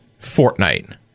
Fortnite